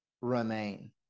remain